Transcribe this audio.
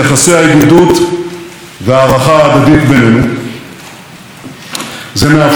זה מאפשר לנו להתמודד עם אתגרים מורכבים,